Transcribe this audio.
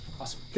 Awesome